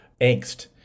angst